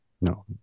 No